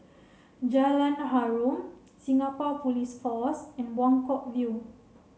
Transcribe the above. Jalan Harum Singapore Police Force and Buangkok View